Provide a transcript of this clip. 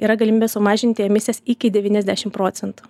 yra galimybė sumažinti emisijas iki devyniasdešim procentų